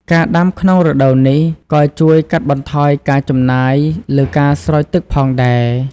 ការដាំក្នុងរដូវនេះ ក៏ជួយកាត់បន្ថយការចំណាយលើការស្រោចទឹកផងដែរ។